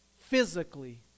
physically